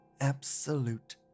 Absolute